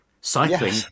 cycling